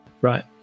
Right